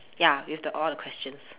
ya with the all the questions